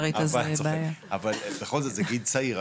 אבל בכל זאת זה גיל צעיר,